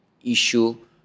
issue